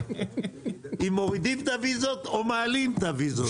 אם מורידים את הוויזות או מעלים את הוויזות.